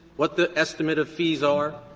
what the estimate of fees are,